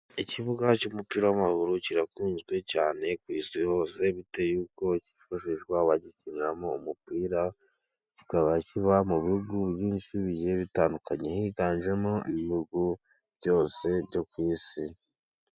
Ikibuga cy'umupira w'amaguru kirakunzwe cyane ku isi hose bitewe nuko cyifashishwa bagikiniramo umupira. Kikaba kiba mu bihugu byinshi bigiye bitandukanye higanjemo ibihugu byose byo ku isi.